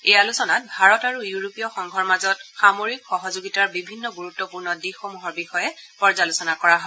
এই আলোচনাত ভাৰত আৰু ইউৰোপীয় সংঘৰ মাজত সামৰিক সহযোগিতা বিভিন্ন গুৰুত্পূৰ্ণ দিশসমূহৰ বিষয়ে পৰ্যালোচনা কৰা হয়